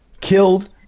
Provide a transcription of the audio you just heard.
Killed